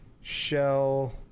Shell